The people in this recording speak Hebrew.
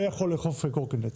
לא יכול לאכוף על קורקינט.